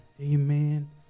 amen